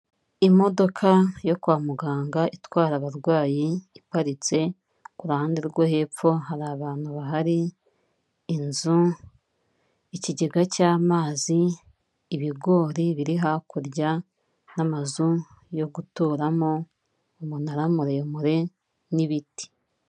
Imodoka yo kwa muganga, itwara abarwayi iparitse, ku ruhande rwo hepfo, hari abantu bahari, inzu, ikigega cy'amazi, ibigori biri hakurya n'amazu yo guturamo, umunara muremure n'ibiti.